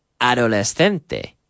adolescente